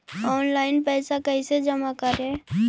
Online पैसा कैसे जमा करे?